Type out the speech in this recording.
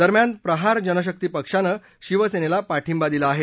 दरम्यान प्रहार जनशक्ती पक्षाने शिवसेनेला पाठिंबा दिला आहे